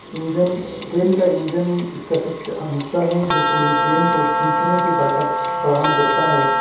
engine train کا engine اس کا سب سے اہم حصہ ہے جو پوری ٹرین کو کھینچنے کی طاقت فراہم کرتا ہے